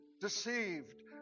deceived